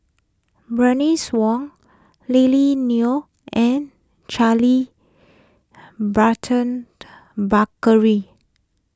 Bernice Wong Lily Neo and Charles Burton Buckley